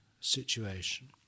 situation